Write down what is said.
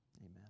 amen